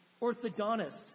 orthodontist